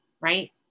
right